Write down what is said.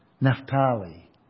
Naphtali